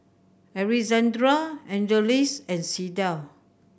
Alexandr Angeles and Sydell